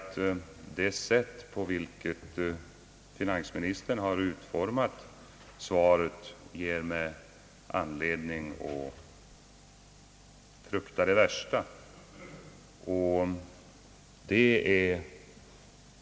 Det sätt på vilket fininsministern har utformat svaret ger mig anledning att frukta det värsta.